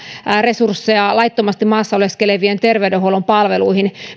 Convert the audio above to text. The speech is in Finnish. resursseja laittomasti maassa oleskelevien terveydenhuollon palveluihin